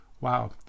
Wow